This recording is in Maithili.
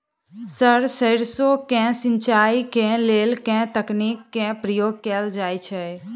सर सैरसो केँ सिचाई केँ लेल केँ तकनीक केँ प्रयोग कैल जाएँ छैय?